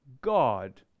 God